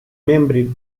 membri